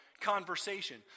conversation